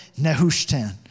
Nehushtan